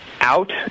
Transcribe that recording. out